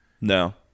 No